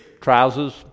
trousers